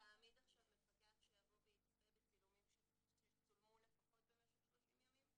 אבל זה להעמיד מפקח שיצפה בצילומים שצולמו במשך לפחות 30 ימים.